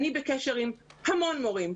אני בקשר עם המון מורים,